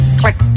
click